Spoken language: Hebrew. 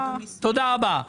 תודה רבה.